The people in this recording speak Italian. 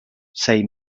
sei